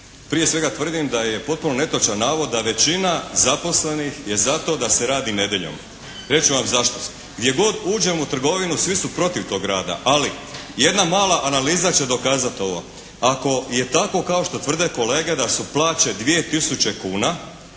prije svega tvrdim da je potpuno netočan navod da većina zaposlenih je za to da se radi nedjeljom. Reći ću vam zašto. Gdje god uđem u trgovinu svi su protiv tog rada. Ali jedna mala analiza će dokazati ovo. Ako je tako kao što tvrde kolege da su plaće 2 tisuće kuna,